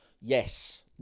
Yes